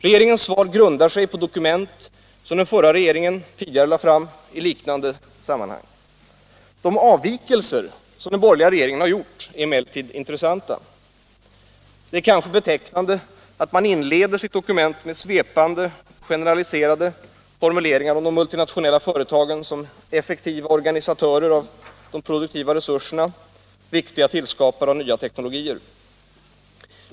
Regeringens svar grundar sig på dokument som den förra regeringen tidigare lade fram i liknande sammanhang. De avvikelser som den borgerliga regeringen har gjort är emellertid intressanta. Det är kanske betecknande att man inleder sitt dokument med svepande, generaliserade formuleringar om de multinationella företagen som effektiva organisatörer av de produktiva resurserna och viktiga tillskapare av nya teknologier.